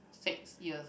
six years